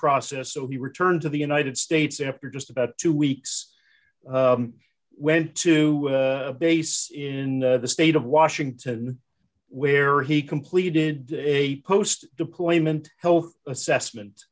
process so he returned to the united states after just about two weeks went to a base in the state of washington where he completed a post deployment health assessment